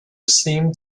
seemed